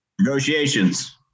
Negotiations